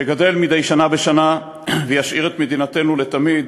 שגדל מדי שנה בשנה וישאיר את מדינתנו לתמיד